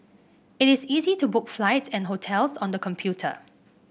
it is easy to book flights and hotels on the computer